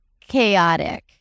chaotic